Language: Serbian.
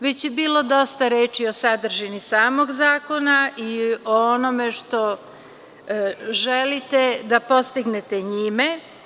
Već je bilo dosta reči o sadržini samog zakona i o onome što želite da postignete njime.